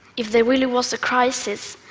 if there really was a crisis,